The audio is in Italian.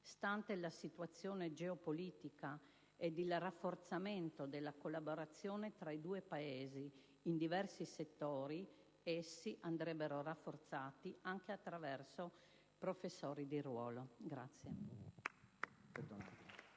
Stante la situazione geopolitica ed il rafforzamento della collaborazione tra i due Paesi in diversi settori, essi andrebbero rafforzati, anche attraverso professori di ruolo. *(Applausi dal